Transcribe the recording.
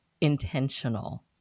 intentional